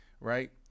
right